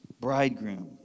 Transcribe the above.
Bridegroom